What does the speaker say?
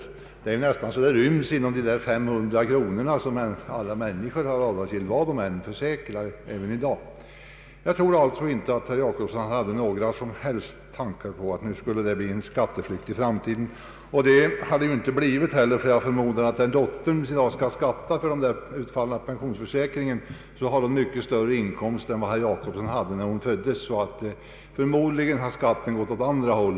Den summan ryms nästan inom det försäkringsavdrag på 500 kronor som även i dag är avdragsgillt för alla människor vid deklarationen. I detta fall har det inte heller blivit någon skatteflykt, ty jag förmodar att när herr Jacobssons dotter skall skatta för de belopp hon får från pensionsförsäkringen har hon kanske större inkomster än vad herr Jacobsson hade när hon föddes. Troligen blir därigenom skatten på dessa pengar högre.